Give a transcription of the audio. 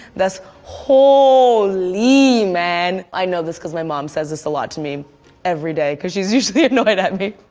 that's holy, man. i know this cause my mom says this a lot to me everyday cause she's usually annoyed at me.